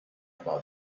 about